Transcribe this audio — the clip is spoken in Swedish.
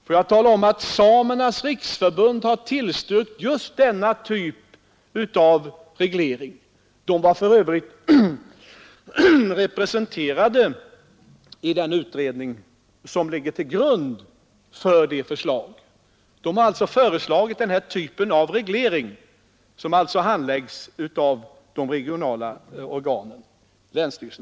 På det vill jag svara att Samernas riksförbund har tillstyrkt just den typen av reglering. Samernas riksförbund var för övrigt representerat i den utredning som ligger till grund för det förslaget. Man har alltså föreslagit den här typen av reglering som alltså skall handläggas av det regionala organet länsstyrelsen.